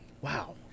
Wow